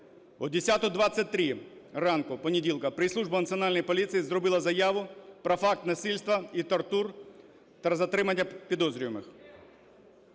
О 10:23 ранку понеділка прес-служба Національної поліції зробила заяву про факт насильства і тортур та затримання підозрюваних.